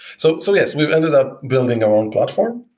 so so yes, we've ended up building our own platform,